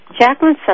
Jacqueline